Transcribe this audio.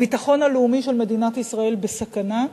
הביטחון הלאומי של מדינת ישראל בסכנה.